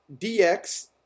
DX